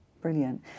Brilliant